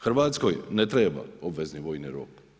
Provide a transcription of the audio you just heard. Hrvatskoj ne treba obvezni vojni rok.